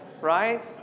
right